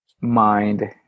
mind